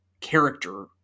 character